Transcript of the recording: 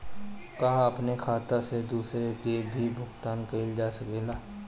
का अपने खाता से दूसरे के भी भुगतान कइल जा सके ला?